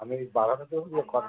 আমি বাড়াতে বলবো কটা